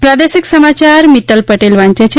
પ્રાદેશિક સમાયાર મિત્તલ પટેલ વાંચે છે